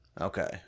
Okay